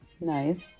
Nice